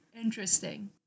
Interesting